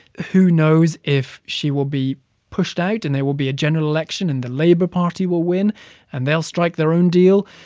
who knows if she will be pushed out and there will be a general election and the labour party will win and they'll strike their own deal?